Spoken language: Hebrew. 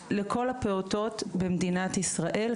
לכל הפעוטות במדינת ישראל,